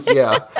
yeah.